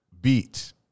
beat